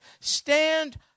Stand